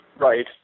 Right